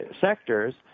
sectors